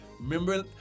Remember